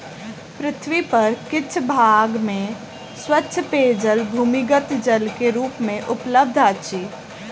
पृथ्वी पर किछ भाग में स्वच्छ पेयजल भूमिगत जल के रूप मे उपलब्ध अछि